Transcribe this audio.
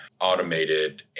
automated